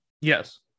Yes